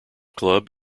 club